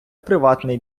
приватний